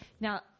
Now